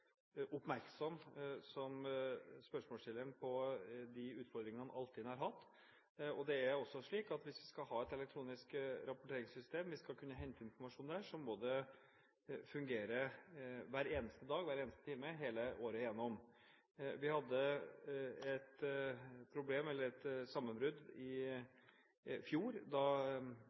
oppmerksom som spørsmålsstilleren på de utfordringene Altinn har hatt. Det er også slik at hvis vi skal ha et elektronisk rapporteringssystem, hvis vi skal kunne hente informasjon der, må det fungere hver eneste dag, hver eneste time, hele året gjennom. Vi hadde et sammenbrudd i fjor, da